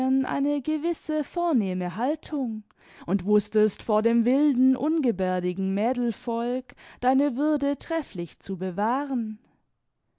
eine gewisse vornehme haltung und wußtest vor dem wilden ungebärdigen mädelvolk deine würde trefflich zu bewahren